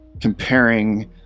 Comparing